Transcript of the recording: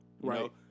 right